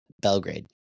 Belgrade